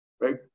right